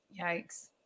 Yikes